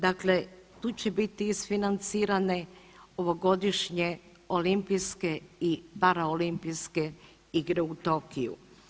Dakle, tu će biti isfinancirane ovogodišnje Olimpijske i paraolimpijske igre u Tokiju.